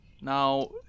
Now